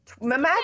imagine